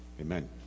Amen